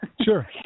Sure